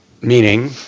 Meaning